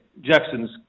Jackson's